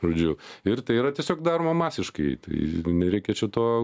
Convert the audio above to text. žodžiu ir tai yra tiesiog daroma masiškai tai nereikia čia to